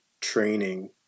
training